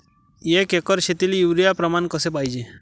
एक एकर शेतीले युरिया प्रमान कसे पाहिजे?